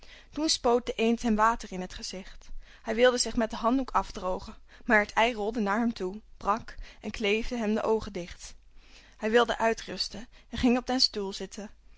toen spoot de eend hem water in het gezicht hij wilde zich met de handdoek afdrogen maar het ei rolde naar hem toe brak en kleefde hem de oogen dicht hij wilde uitrusten en ging op den stoel zitten